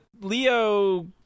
Leo